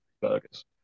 burgers